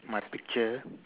my picture